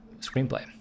screenplay